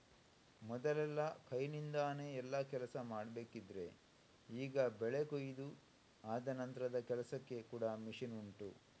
ಮೊದಲೆಲ್ಲ ಕೈನಿಂದಾನೆ ಎಲ್ಲಾ ಕೆಲ್ಸ ಮಾಡ್ಬೇಕಿದ್ರೆ ಈಗ ಬೆಳೆ ಕೊಯಿದು ಆದ ನಂತ್ರದ ಕೆಲ್ಸಕ್ಕೆ ಕೂಡಾ ಮಷೀನ್ ಉಂಟು